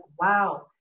wow